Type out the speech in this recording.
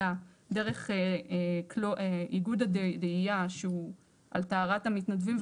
אלא דרך איגוד הדאייה שהוא על טהרת המתנדבים.